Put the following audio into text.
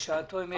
בשעתו הם העבירו.